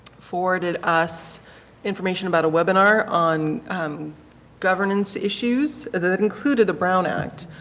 forwarded us information about webinar on governance issues that included the brown act.